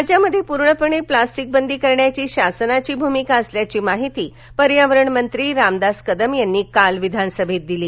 राज्यामध्ये पूर्णपणे प्लॅस्टिक बंदी करण्याची शासनाची भूमिका असल्याची माहिती पर्यावरणमंत्री रामदास कदम यांनी काल विधानसभेत दिली